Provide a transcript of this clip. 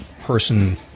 person